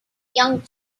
young